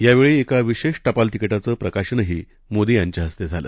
यावेळीएकाविशेषटपाल तिकिटाचंप्रकाशनहीमोदीयांच्याहस्तेझालं